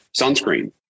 sunscreen